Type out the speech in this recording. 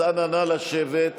אז אנא, נא לשבת.